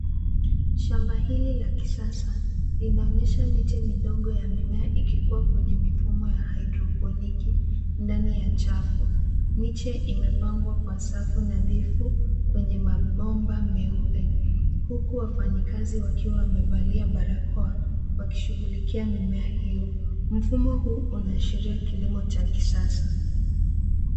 Shamba hili la kisasa inaonyesha miche midogo ya mimea ikikua kwenye mifumo ya hydroponic ndani ya chafu. Miche imepangwa kwa safu nadhifu kwenye mabomba meupe huku wafanyikazi wakiwa wamevalia barakoa wakishughulikia mimea hio. Mfumo huu unaashiria kilimo cha kisasa.